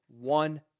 one